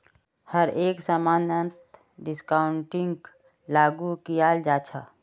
हर एक समानत डिस्काउंटिंगक लागू कियाल जा छ